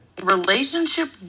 Relationship